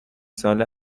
ساله